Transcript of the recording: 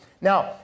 Now